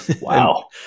Wow